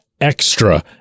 extra